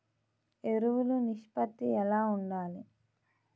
ఎరువులు నిష్పత్తి ఎలా ఉండాలి?